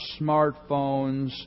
smartphones